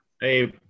Hey